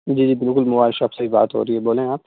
جی بالکل mobile shop سے ہی بات ہو رہی ہے بولیں آپ